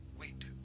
wait